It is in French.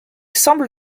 semble